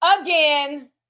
again